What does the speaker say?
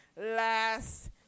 last